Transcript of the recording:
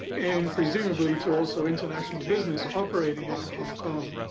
and presumably, to also international business operating out of hong kong.